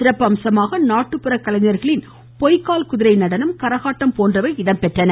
சிறப்பு அம்சமாக நாட்டுப்புற கலைஞர்களின் பொய்க்கால் குதிரை நடனம் கரகாட்டம் போன்றவை நடைபெற்றது